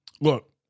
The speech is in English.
look